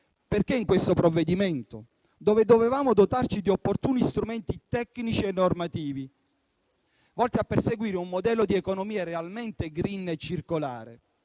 perché in questo provvedimento, in cui avremmo dovuto dotarci di opportuni strumenti tecnici e normativi, volti a perseguire un modello di economia realmente *green* e circolare,